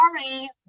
Sorry